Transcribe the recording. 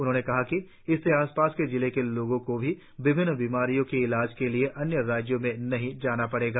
उन्होंने कहा कि इससे आस पास के जिले के लोगों को भी विभिन्न बीमारियो के इलाज के लिए अन्य राज्यों में नहीं जाना पड़ेगा